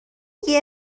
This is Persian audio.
دیگه